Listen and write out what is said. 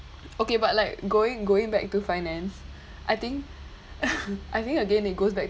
okay but like going going back to finance I think I think again it goes back